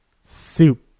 Soup